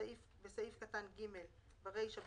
(3)בסעיף קטן (ג2) (א) ברישה,